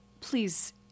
Please